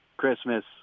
Christmas